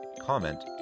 comment